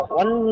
one